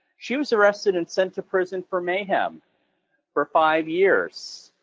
she was arrested and sent to prison for mayhem for five years.